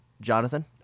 jonathan